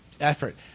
effort